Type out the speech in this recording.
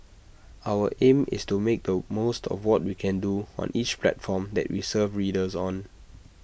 our aim is to make the most of what we can do on each platform that we serve readers on